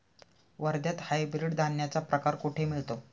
वर्ध्यात हायब्रिड धान्याचा प्रकार कुठे मिळतो?